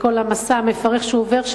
כל המסע המפרך שהם עוברים,